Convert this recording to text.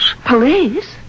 Police